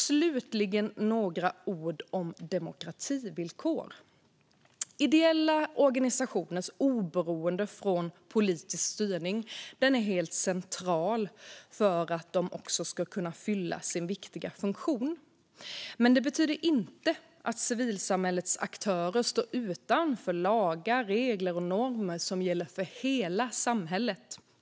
Slutligen vill jag säga några ord om demokrativillkor. Ideella organisationers oberoende av politisk styrning är helt centralt för att de ska kunna fylla sin viktiga funktion. Men det betyder inte att civilsamhällets aktörer står utanför lagar, regler och normer som gäller för hela samhället.